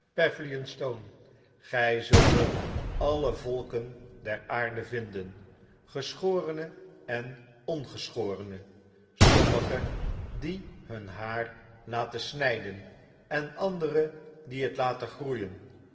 gy zult er alle volken der aarde vinden geschorene en ongeschorene sommige die hun haar laten sntjdeu en andere die het laten groeien